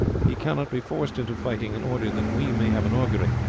he cannot be forced into fighting in order that we may have an augury.